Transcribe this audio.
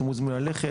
אתם מוזמנים גם ללכת,